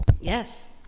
yes